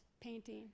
painting